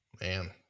Man